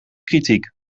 kritiek